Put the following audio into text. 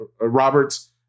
Roberts